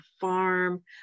farm